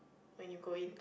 when you go in